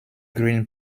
greene